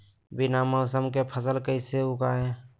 बिना मौसम के फसल कैसे उगाएं?